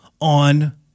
on